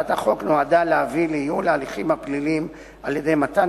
הצעת החוק נועדה להביא לייעול ההליכים הפליליים על-ידי מתן